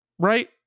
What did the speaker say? Right